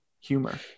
humor